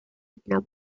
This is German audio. redner